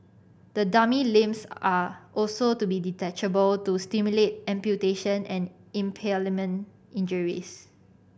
the dummy limbs are also to be detachable to simulate amputation and impalement injuries